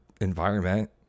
environment